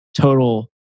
total